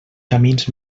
camins